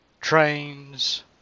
trains